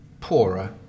poorer